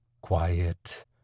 quiet